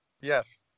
Yes